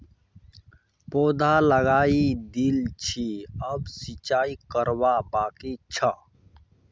पौधा लगइ दिल छि अब सिंचाई करवा बाकी छ